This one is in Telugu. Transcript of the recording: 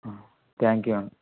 థ్యాంక్ యూ అండి